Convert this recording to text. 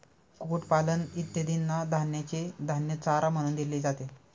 कुक्कुटपालन इत्यादींना धान्याचे धान्य चारा म्हणून दिले जाते